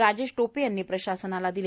राजेश टोपे यांनी प्रशासनाला दिले